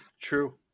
True